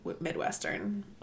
Midwestern